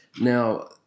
Now